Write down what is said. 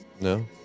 No